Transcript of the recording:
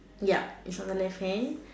yup is on the left hand